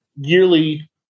yearly